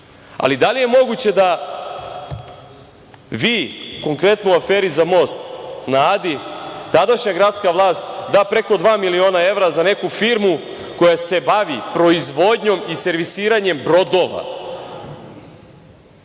ali da li je moguće da vi konkretno u aferi za most na Adi, tadašnja gradska vlast da preko dva miliona eva za neku firmu koja se bavi proizvodnjom i servisiranjem brodova,